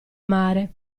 mare